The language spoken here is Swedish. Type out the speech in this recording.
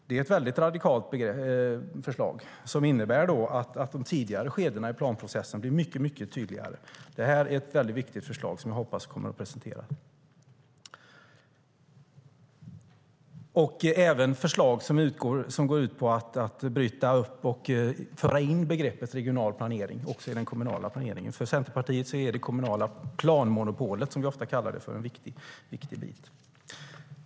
Det är ett väldigt radikalt förslag som innebär att de tidigare skedena i planprocessen blir mycket tydligare. Det är ett viktigt förslag som jag hoppas kommer att presenteras. Det är även ett förslag som går ut på att bryta upp och föra in begreppet regional planering också i den kommunala planeringen. För Centerpartiet är det kommunala planmonopolet, som vi ofta kallar det för, en viktig bit.